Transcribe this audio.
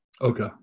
Okay